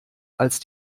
als